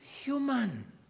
human